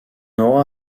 aura